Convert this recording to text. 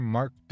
Mark